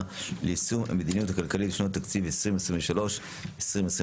ליישום המדיניות הכלכלית לשנות התקציב 2023 ו-2024,